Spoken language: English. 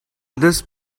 this